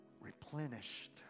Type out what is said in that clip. replenished